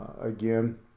Again